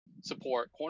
support